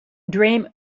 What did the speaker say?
dream